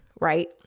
right